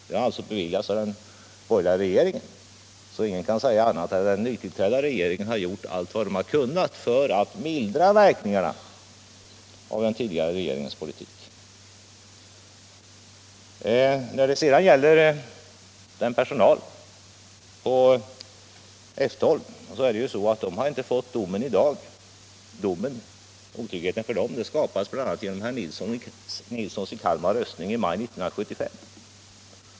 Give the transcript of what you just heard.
De har alltså beviljats av den borgerliga regeringen. Ingen kan därför säga annat än att den tillträdda regeringen har gjort allt vad den har kunnat för att mildra verkningarna av den tidigare regeringens politik. Personalen på F 12 har inte fått domen i dag. Otryggheten för dem skapades bl.a. genom herr Nilssons i Kalmar röstning i maj 1975.